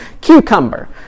cucumber